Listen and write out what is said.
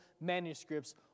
manuscripts